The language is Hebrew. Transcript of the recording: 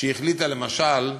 שהחליטה, למשל,